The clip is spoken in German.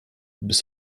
bis